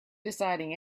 deciding